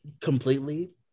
completely